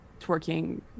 twerking